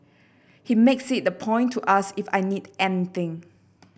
he makes it a point to ask if I need anything